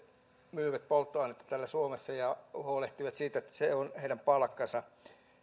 myyvät polttoainetta täällä suomessa ja huolehtivat siitä että se on heidän palkkansa